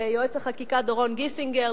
ליועץ החקיקה דורון גיסינגר,